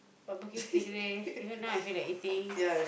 barbecue stingray you know now I feel like eating